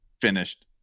Finished